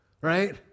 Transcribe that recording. right